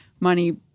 money